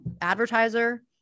advertiser